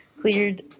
cleared